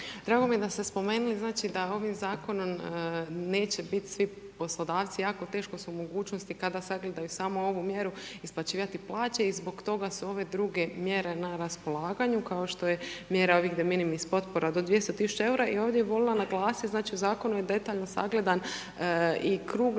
Drago mi je da ste spomenuli da ovim Zakonom neće biti svi poslodavci jako teško su u mogućnosti kada sagledaju samo ovu mjeru, isplaćivati plaću i zbog toga su ove druge mjere na raspolaganju, kao što je mjera ovih deminimis potpora do 200.000,00 EUR-a i ovdje bih voljela naglasiti, znači, u Zakonu je detaljno sagledan i krug